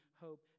hope